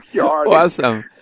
Awesome